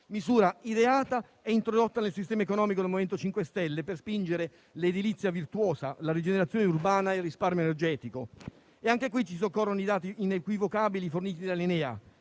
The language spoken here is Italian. misura ideata e introdotta nel sistema economico dal MoVimento 5 Stelle, per spingere l'edilizia virtuosa, la rigenerazione urbana e il risparmio energetico. Anche in questo caso ci soccorrono i dati inequivocabili forniti dall'Enea: